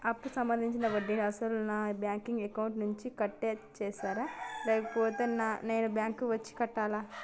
అప్పు సంబంధించిన వడ్డీని అసలు నా బ్యాంక్ అకౌంట్ నుంచి కట్ చేస్తారా లేకపోతే నేను బ్యాంకు వచ్చి కట్టాలా?